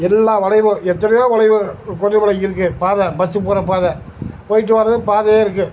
எல்லா வளைவும் எத்தனையோ வளைவு கொல்லிமலைக்கு இருக்குது பாதை பஸ்ஸு போகிற பாதை போயிட்டு வர்றதுக்கு பாதையே இருக்குது